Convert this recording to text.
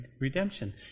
redemption